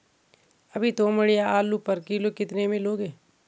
अभी तोमड़िया आलू पर किलो कितने में लोगे?